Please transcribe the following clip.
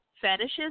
fetishes